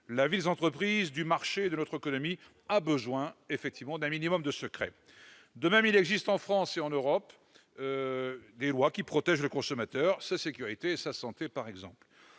La vie des entreprises, du marché et de notre économie a besoin d'un minimum de secret. De même, il existe en France et en Europe des lois qui protègent le consommateur, par exemple sa sécurité et sa santé. Il